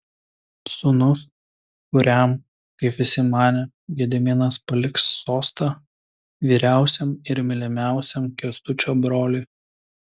sūnus kuriam kaip visi manė gediminas paliks sostą vyriausiam ir mylimiausiam kęstučio broliui